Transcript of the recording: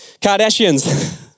Kardashians